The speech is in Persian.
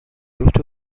اتو